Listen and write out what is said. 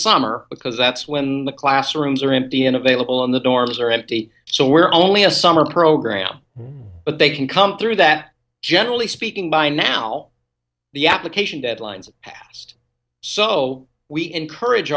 summer because that's when the classrooms are empty and available on the dorms are empty so we're only a summer program but they can come through that generally speaking by now the application deadlines asked so we encourage